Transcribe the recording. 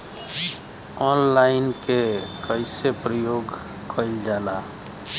Online के कइसे प्रयोग कइल जाला?